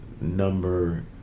number